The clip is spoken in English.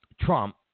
Trump